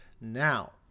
Now